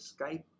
Skype